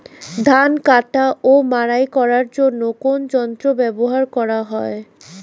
ধান কাটা ও মাড়াই করার জন্য কোন যন্ত্র ব্যবহার করা হয়?